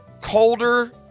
colder